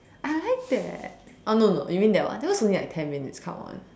I like that oh no no you mean that one that one is only like ten minutes come on